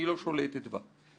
שולטת בה".